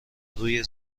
روی